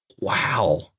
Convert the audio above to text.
Wow